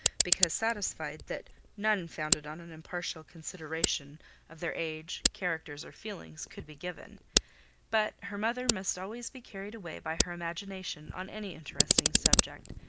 because satisfied that none founded on an impartial consideration of their age, characters, or feelings, could be given but her mother must always be carried away by her imagination on any interesting subject,